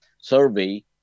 survey